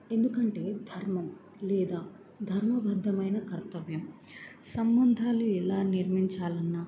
ఎందుకంటే ధర్మం లేదా ధర్మబద్ధమైన కర్తవ్యం సంబంధాలు ఎలా నిర్మించాలన్నా